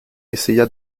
essaya